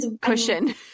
cushion